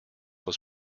was